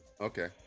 Okay